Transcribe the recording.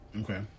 Okay